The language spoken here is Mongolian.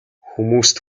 хүмүүст